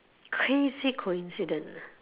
crazy coincident ah